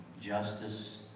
justice